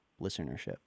listenership